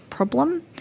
problem